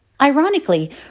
Ironically